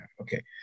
Okay